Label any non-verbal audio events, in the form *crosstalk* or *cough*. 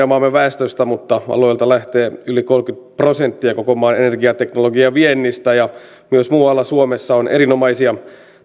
*unintelligible* maamme väestöstä mutta alueelta lähtee yli kolmekymmentä prosenttia koko maan energiateknologiaviennistä ja myös muualla suomessa on erinomaisia